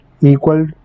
equal